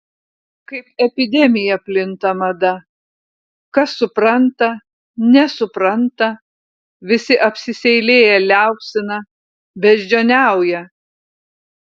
kaip epidemija plinta mada kas supranta nesupranta visi apsiseilėję liaupsina beždžioniauja